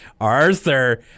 Arthur